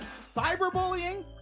cyberbullying